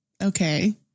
Okay